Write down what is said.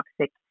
toxic